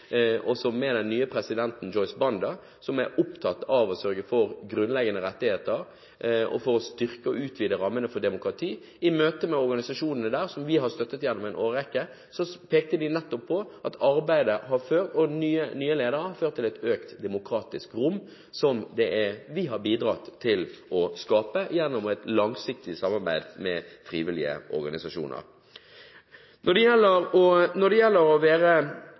den nye presidenten, Joyce Banda, er opptatt av å sørge for grunnleggende rettigheter og for å styrke og utvide rammene for demokrati. I møte med organisasjonene der, som vi har støttet gjennom en årrekke, pekte de nettopp på at arbeidet og nye ledere har ført til et økt demokratisk rom som vi har bidratt til å skape gjennom et langsiktig samarbeid med frivillige organisasjoner. Når det gjelder utviklingen av demokrati, vil jeg peke på et par ting som jeg også kommer til å